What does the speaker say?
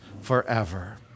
forever